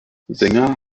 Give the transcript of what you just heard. sänger